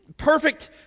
Perfect